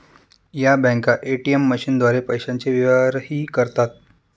या बँका ए.टी.एम मशीनद्वारे पैशांचे व्यवहारही करतात